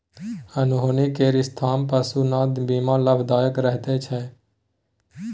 अनहोनी केर स्थितिमे पशुधनक बीमा लाभदायक रहैत छै